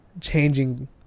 changing